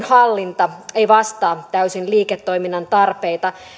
hallinta ei vastaa täysin liiketoiminnan tarpeita